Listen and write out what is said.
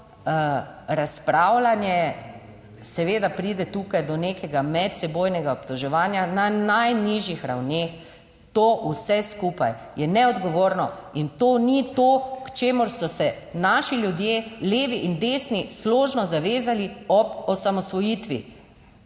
razpravljanje. Seveda pride tukaj do nekega medsebojnega obtoževanja na najnižjih ravneh. To vse skupaj je neodgovorno in to ni to, k čemur so se naši ljudje, levi in desni, složno zavezali ob osamosvojitvi.